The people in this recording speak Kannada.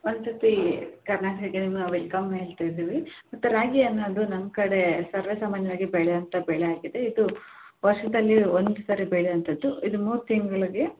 ಒಂದುಸತಿ ಕರ್ನಾಟಕಕ್ಕೆ ನಿಮ್ಮನ್ನ ವೆಲ್ಕಮ್ ಹೇಳ್ತ ಇದ್ದೀವಿ ಮತ್ತೆ ರಾಗಿ ಅನ್ನದು ನಮ್ಮ ಕಡೆ ಸರ್ವೇ ಸಾಮನ್ಯವಾಗಿ ಬೆಳೆಯೋ ಅಂತ ಬೆಳೆ ಆಗಿದೆ ಇದು ವರ್ಷ್ದಲ್ಲಿ ಒಂದು ಸರಿ ಬೆಳೆ ಅಂಥದ್ದು ಇದು ಮೂರು ತಿಂಗಳ್ಗೆ